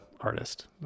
artist